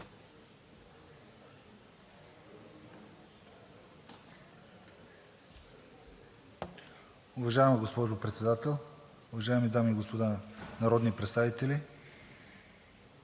Уважаема госпожо Председател, уважаеми дами и господа народни представители!